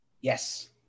Yes